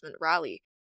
rally